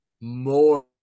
more